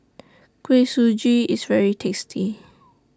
Kuih Suji IS very tasty